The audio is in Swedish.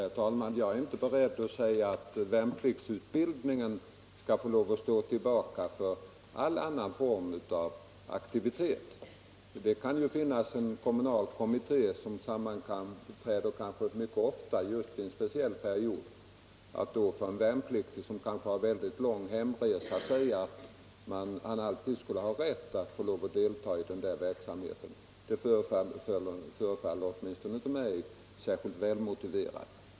Herr talman! Jag är inte beredd att säga att värnpliktsutbildningen skall stå tillbaka för all annan form av aktivitet. Det kan t.ex. vara så att en kommunal kommitté sammanträder mycket ofta under en viss period. Att föreskriva att en värnpliktig, som kanske har mycket lång väg till hemorten, alltid skulle ha rätt till ledighet för att delta i sammanträdena förefaller åtminstone inte mig särskilt välmotiverat.